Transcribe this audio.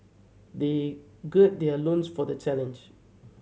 they gird their loins for the challenge